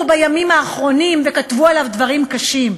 בימים האחרונים וכתבו עליו דברים קשים.